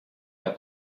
are